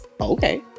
okay